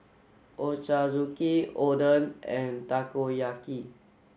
Ochazuke Oden and Takoyaki